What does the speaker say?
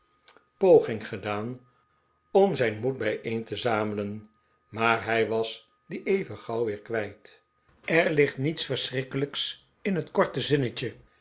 poging gedaan om zijn moed bijeen te zamelen maar hij was dien even gauw weer kwijt er ligt niets verschrikkelijks in het korte zinnetje